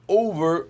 over